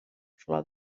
flor